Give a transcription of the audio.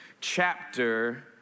chapter